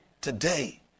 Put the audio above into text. today